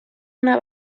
una